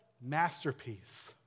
masterpiece